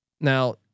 Now